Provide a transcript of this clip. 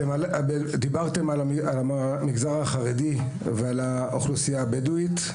אתם דיברתם על המגזר החרדי ועל האוכלוסייה הבדואית,